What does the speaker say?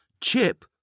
Chip